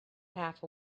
half